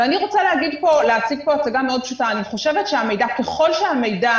ואני רוצה להציג פה הצגה מאוד פשוטה: ככל שהמידע